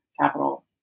capital